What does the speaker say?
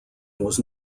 was